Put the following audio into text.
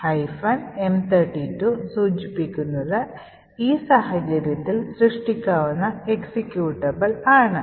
M32 സൂചിപ്പിക്കുന്നത് ഈ സാഹചര്യത്തിൽ സൃഷ്ടിക്കാവുന്ന എക്സിക്യൂട്ടബിൾ ആണ്